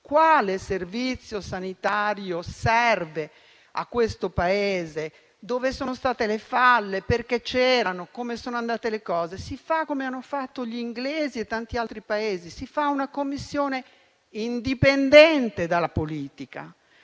quale servizio sanitario serve a questo Paese, dove sono state le falle (perché c'erano) e come sono andate le cose, avremmo dovuto fare come hanno fatto gli inglesi e tanti altri Paesi, con una commissione indipendente dalla politica.